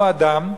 או אדם,